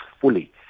fully